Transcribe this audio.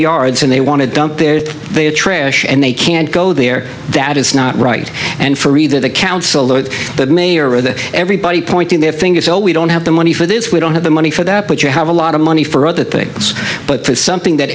yards and they want to dump their trash and they can't go there that is not right and for either the council the mayor or the everybody pointing their finger so we don't have the money for this we don't have the money for that but you have a lot of money for other things but it's something that